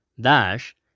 Dash